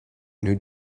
new